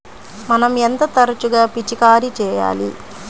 మనం ఎంత తరచుగా పిచికారీ చేయాలి?